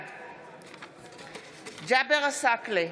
בעד ג'אבר עסאקלה,